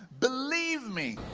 believe me.